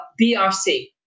BRC